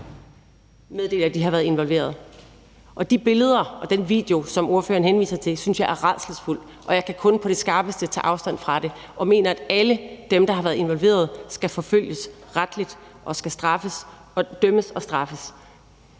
meddeler, at de har været involveret. Og de billeder og den video, som ordføreren henviser til, synes jeg er rædselsfuld, og jeg kan kun på det skarpeste tage afstand fra det og mener, at alle dem, der har været involveret, skal forfølges retligt og skal dømmes og straffes.